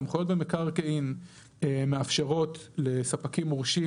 סמכויות במקרקעין מאפשרות לספקים מורשים